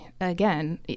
again